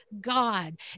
God